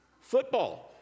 Football